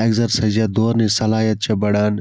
exercise یا دورنچ سَلٲحیت چھِ بَڑان